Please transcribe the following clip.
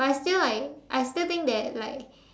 but I feel like I still think that like